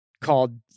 called